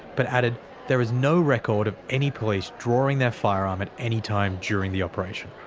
but added there is no record of any police drawing their firearm at any time during the operation.